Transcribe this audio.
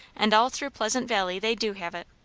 and all through pleasant valley they do have it.